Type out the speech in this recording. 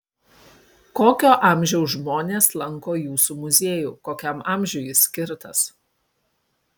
kokio amžiaus žmonės lanko jūsų muziejų kokiam amžiui jis skirtas